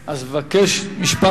אז אבקש, משפט אחרון.